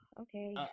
Okay